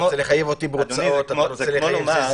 זה כמו לומר: